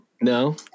No